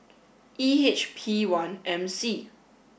E H P one M C